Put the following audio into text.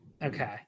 Okay